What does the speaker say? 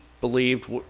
believed